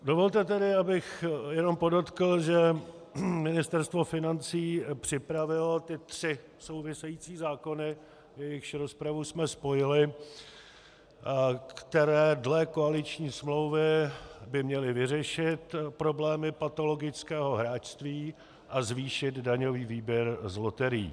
Dovolte tedy, abych jenom podotkl, že Ministerstvo financí připravilo tři související zákony, jejichž rozpravu jsme spojili, které dle koaliční smlouvy by měly vyřešit problémy patologického hráčství a zvýšit daňový výběr z loterií.